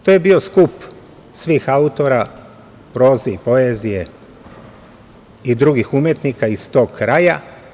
To je bio skup svih autora proze i poezije i drugih umetnika iz tog kraja.